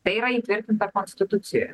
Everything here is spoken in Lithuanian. tai yra įtvirtinta konstitucijoje